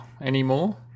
anymore